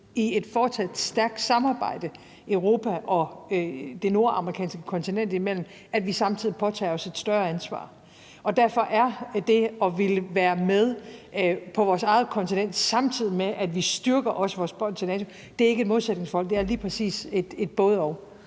i et fortsat stærkt samarbejde Europa og det nordamerikanske kontinent imellem samtidig påtager os et større ansvar. Derfor er det at ville være med på vores eget kontinent, samtidig med at vi også styrker vores forhold til NATO, ikke et modsætningsforhold – det er lige præcis et både-og.